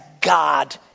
God